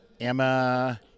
Emma